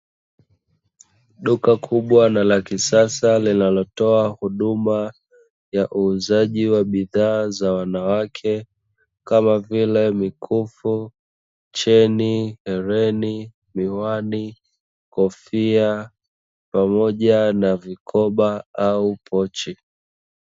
Duka kubwa na la kisasa linalotoa huduma ya uuzaji wa bidhaa za wanawake kama vile: mikufu, cheni, hereni, miwani, kofia pamoja na vikoba au pochi.